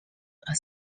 are